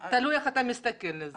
תלוי איך אתה מסתכל על זה.